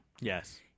Yes